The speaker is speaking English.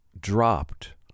dropped